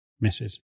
Misses